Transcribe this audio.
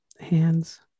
Hands